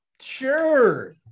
sure